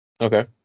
Okay